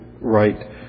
right